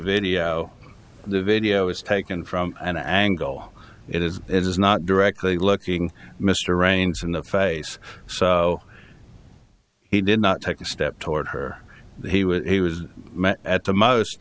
video the video was taken from an angle it is it is not directly looking mr raines in the face so he did not take a step toward her he was he was at the most